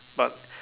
but